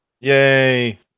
Yay